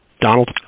Donald